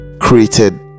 created